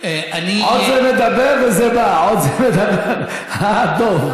עוד זה מדבר וזה בא, אה, דב?